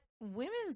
women's